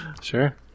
sure